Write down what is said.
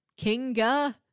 Kinga